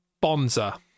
bonza